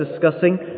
discussing